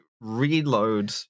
reload